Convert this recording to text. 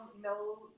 No